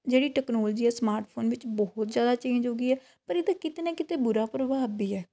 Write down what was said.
ਜਿਹੜੀ ਟੈਕਨੋਲਜੀ ਹੈ smart phone ਵਿੱਚ ਬਹੁਤ ਜ਼ਿਆਦਾ ਚੇਂਜ ਹੋ ਗਈ ਹੈ ਪਰ ਇਹਦਾ ਕਿਤੇ ਨਾ ਕਿਤੇ ਬੁਰਾ ਪ੍ਰਭਾਵ ਵੀ ਹੈ